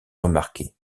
remarqué